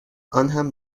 آنهم